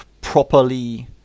properly